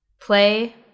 play